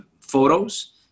photos